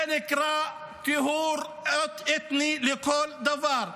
זה נקרא טיהור אתני לכל דבר,